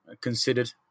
considered